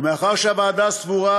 ומאחר שהוועדה סבורה